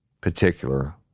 particular